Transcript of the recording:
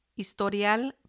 historial